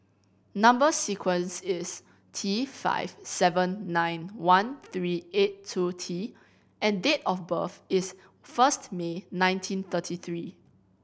number sequence is T five seven nine one three eight two T and date of birth is first May nineteen thirty three